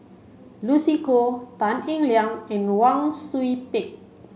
Lucy Koh Tan Eng Liang and Wang Sui Pick